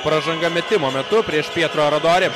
pražanga metimo metu prieš pietro radori